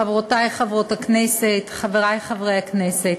חברותי חברות הכנסת, חברי חברי הכנסת,